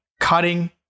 Cutting